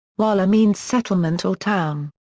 wala means settlement or town.